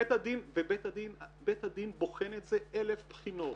ובית הדין בוחן את זה אלף בחינות.